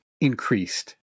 increased